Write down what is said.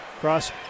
Cross